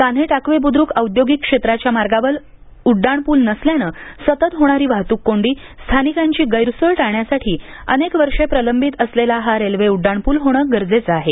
कान्हे टाकवे बुद्रुक औद्योगिक क्षेत्राच्या मार्गावर उड्डाण पूल नसल्यानं सतत होणारी वाहतुक कोंडी स्थानिकांची गैरसोय टाळण्यासाठी अनेक वर्षे प्रलंबित असलेला हा रेल्वे उड्डाणपूल होणं गरजेचं आहे